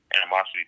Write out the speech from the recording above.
animosity